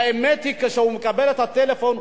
האמת היא שכשהוא מקבל את הטלפון,